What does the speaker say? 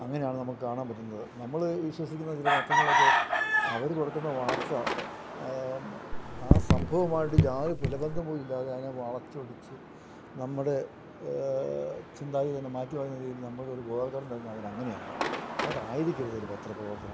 അങ്ങനെയാണു നമുക്കു കാണാൻ പറ്റുന്നത് നമ്മള് വിശ്വസിക്കുന്ന ചില പത്രങ്ങളൊക്കെ അവര് കൊടുക്കുന്ന വാർത്ത ആ സംഭവമായിട്ട് യാതൊരു പുലബന്ധം പോലുമില്ലാതെ അയിനെ വളച്ചൊടിച്ച് നമ്മടെ ചിന്താഗതി തന്നെ മാറ്റുകയെന്ന രീതിയിൽ നമ്മൾക്കൊരു ബോധൽക്കരണം തരുന്നെ അവരങ്ങനെയാണ് അതായിരിക്കരുതൊരു പത്ര പ്രവർത്തനം